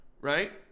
right